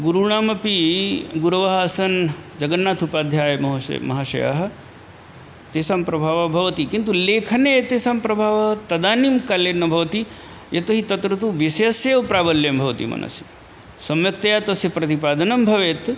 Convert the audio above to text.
गुरूणामपि गुरवः आसन् जगन्नथोपाध्यायमहाशयाः तेषां प्रभावः भवति किन्तु लेखने एतेषां प्रभावः तदानीं काले न भवति एतैः तत्र तु विषयस्य प्राबल्यं भवति मनसि सम्यक्तया तस्य प्रतिपादनं भवेत्